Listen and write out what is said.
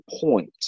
point